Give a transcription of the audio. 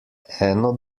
eno